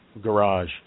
garage